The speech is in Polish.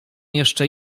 jeszcze